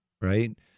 Right